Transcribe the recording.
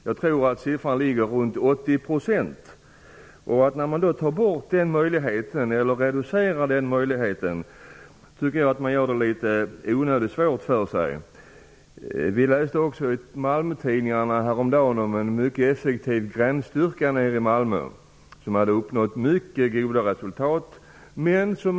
Jag tror att siffran ligger runt 80 %. Om man reducerar den möjligheten gör man det onödigt svårt för sig. Häromdagen läste jag i Malmötidningarna om en mycket effektiv gränsstyrka nere i Malmö. Den hade uppnått mycket goda resultat.